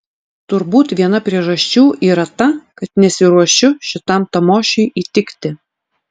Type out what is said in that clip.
turbūt viena priežasčių yra ta kad nesiruošiu šitam tamošiui įtikti